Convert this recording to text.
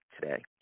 today